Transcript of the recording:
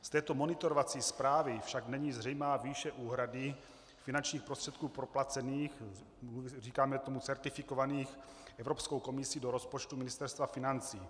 Z této monitorovací zprávy však není zřejmá výše úhrady finančních prostředků proplacených, říkáme tomu certifikovaných, Evropskou komisí do rozpočtu Ministerstva financí.